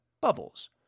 bubbles